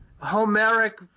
Homeric